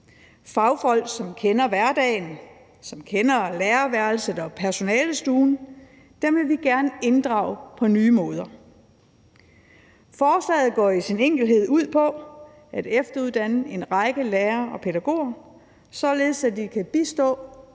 Fagfolk, som kender hverdagen, som kender lærerværelset og personalestuen, vil vi gerne inddrage på nye måder. Forslaget går i sin enkelhed ud på at efteruddanne en række lærere og pædagoger, således at de kan bistå